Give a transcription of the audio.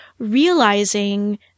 realizing